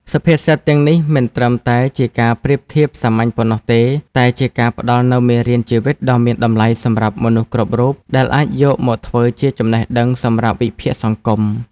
សុភាសិតទាំងនេះមិនត្រឹមតែជាការប្រៀបធៀបសាមញ្ញប៉ុណ្ណោះទេ តែជាការផ្តល់នូវមេរៀនជីវិតដ៏មានតម្លៃសម្រាប់មនុស្សគ្រប់រូប ដែលអាចយកមកធ្វើជាចំណេះដឹងសម្រាប់វិភាគសង្គម។